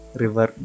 river